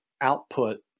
output